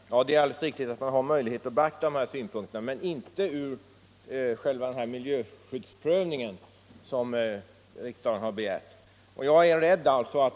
Herr talman! Det är alldeles riktigt att man har möjlighet att beakta de här synpunkterna, men inte på så sätt att man kan göra den miljöskyddsprövning som riksdagen har begärt.